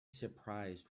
surprised